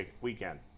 weekend